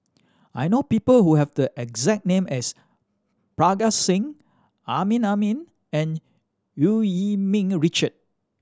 I know people who have the exact name as Parga Singh Amrin Amin and Eu Yee Ming Richard